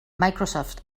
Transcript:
microsoft